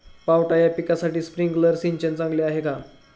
पावटा या पिकासाठी स्प्रिंकलर सिंचन चांगले आहे का?